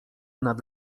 nad